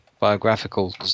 biographical